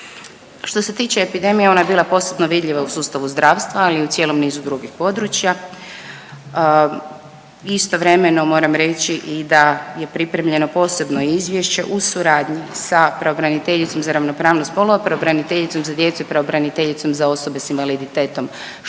Što se tiče epidemije, ona je bila posebno vidljiva u sustavu zdravstva, ali i u cijelom nizu drugih područja. Istovremeno, moram reći da je pripremljeno posebno izvješće u suradnji sa pravobraniteljicom za ravnopravnost spolova, pravobraniteljicom za djecu i pravobraniteljicom za osobe s invaliditetom, što